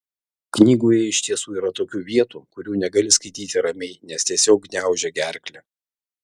knygoje iš tiesų yra tokių vietų kurių negali skaityti ramiai nes tiesiog gniaužia gerklę